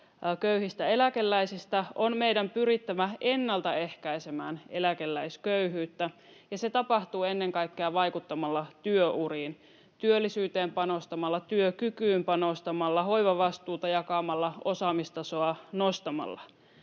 köyhistä eläkeläisistä, on meidän pyrittävä ennaltaehkäisemään eläkeläisköyhyyttä, ja se tapahtuu ennen kaikkea vaikuttamalla työuriin, työllisyyteen panostamalla, työkykyyn panostamalla, hoivavastuuta jakamalla, osaamistasoa nostamalla.